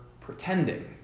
pretending